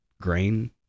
grain